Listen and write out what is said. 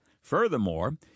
Furthermore